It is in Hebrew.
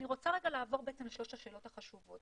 אני רוצה רגע לעבור בעצם על שלושת השאלות החשובות.